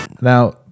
now